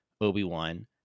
Obi-Wan